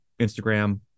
Instagram